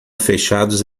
fechados